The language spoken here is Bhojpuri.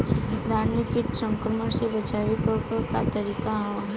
धान के कीट संक्रमण से बचावे क का तरीका ह?